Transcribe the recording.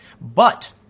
But-